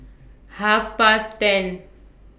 Half Past ten